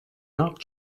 not